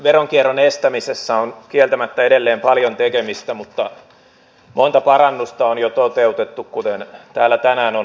veronkierron estämisessä on kieltämättä edelleen paljon tekemistä mutta monta parannusta on jo toteutettu kuten täällä tänään on todettu